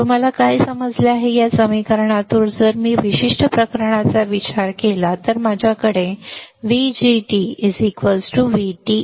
तुम्हाला काय समजले आहे की या समीकरणातून जर मी या विशिष्ट प्रकरणाचा विचार केला तर माझ्याकडे आहे VDG VT